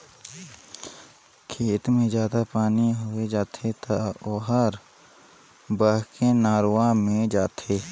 खेत मे जादा पानी होय जाथे त ओहर बहके नरूवा मे जाथे